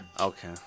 Okay